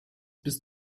bist